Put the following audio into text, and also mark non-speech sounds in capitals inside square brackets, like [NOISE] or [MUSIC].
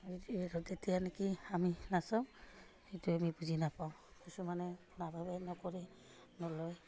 [UNINTELLIGIBLE] তেতিয়া নেকি আমি নাচাওঁ সেইটো আমি বুজি নাপাওঁ কিছুমানে নাভাৱে নকৰে নলয়